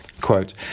Quote